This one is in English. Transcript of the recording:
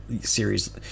series